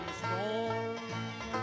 storm